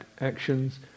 actions